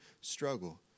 struggle